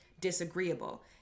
disagreeable